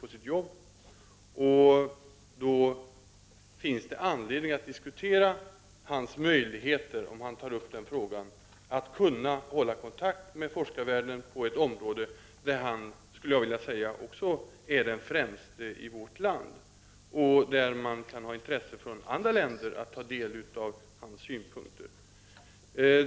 Om han då tar upp frågan, finns det anledning att diskutera hans möjligheter att hålla kontakt med forskarvärlden på ett område, där han är den främste i vårt land och där man i andra länder kan ha intresse av att ta del av hans synpunkter.